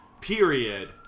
period